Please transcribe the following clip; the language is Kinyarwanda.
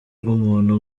bw’umuntu